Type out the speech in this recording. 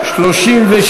נשיא המדינה (תיקון,